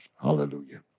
Hallelujah